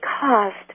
cost